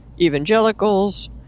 evangelicals